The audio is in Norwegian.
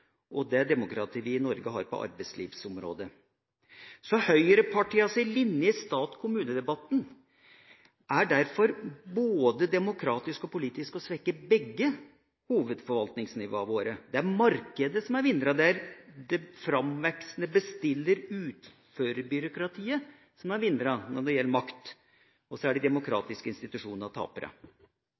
og det demokratiet vi i Norge har på arbeidslivsområdet. Høyrepartienes linje i stat–kommune-debatten er derfor både demokratisk og politisk å svekke begge hovedforvaltningsnivåene våre. Det er markedet som er vinneren. Det framvoksende bestiller–utfører-byråkratiet er vinneren når det gjelder makt, og de demokratiske institusjonene er